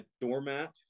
doormat